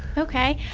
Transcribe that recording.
okay.